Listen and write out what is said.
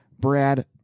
Brad